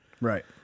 Right